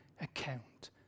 account